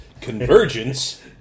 convergence